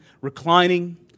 reclining